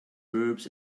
verbs